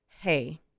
hey